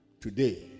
today